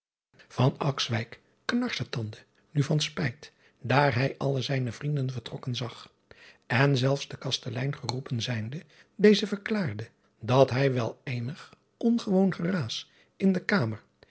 knarstandde nu van fpijt daar hij alle zijne vrienden vertrokken zag en zelfs de astelein geroepen zijnde deze verklaarde dat hij wel eenig ongewoon geraas in de kamer